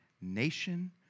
nation